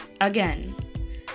Again